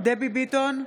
דבי ביטון,